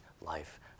life